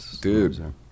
Dude